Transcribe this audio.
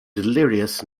delirious